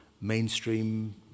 mainstream